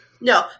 No